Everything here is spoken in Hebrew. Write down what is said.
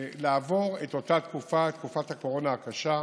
לעבור את אותה תקופה, תקופת הקורונה הקשה,